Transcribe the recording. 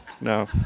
No